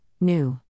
New